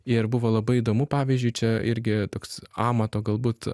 ir buvo labai įdomu pavyzdžiui čia irgi toks amato galbūt